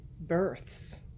births